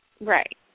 right